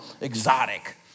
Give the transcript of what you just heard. exotic